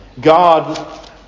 God